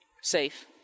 safe